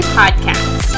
podcast